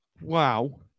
wow